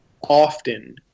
often